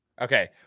Okay